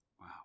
Wow